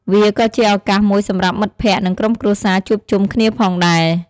វាក៏ជាឱកាសមួយសម្រាប់មិត្តភ័ក្តិ និងក្រុមគ្រួសារជួបជុំគ្នាផងដែរ។